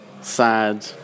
sad